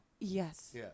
Yes